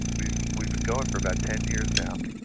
we've we've been going for about ten years now.